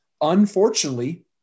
Unfortunately